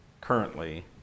currently